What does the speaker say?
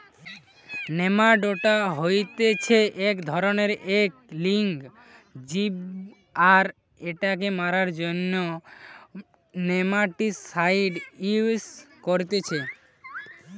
nematoda হতিছে এক ধরণেরএক লিঙ্গ জীব আর এটাকে মারার জন্য নেমাটিসাইড ইউস করতিছে